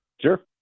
Sure